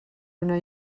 una